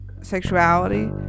sexuality